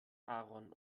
aaron